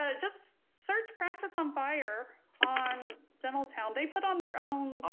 ah just search practice on fire on dentaltown they put on their own